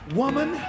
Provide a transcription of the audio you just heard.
woman